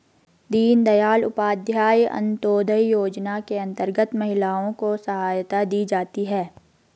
दीनदयाल उपाध्याय अंतोदय योजना के अंतर्गत महिलाओं को सहायता दी जाती है